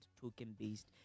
token-based